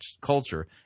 culture